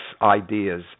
ideas